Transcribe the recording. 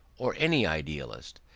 or any idealist,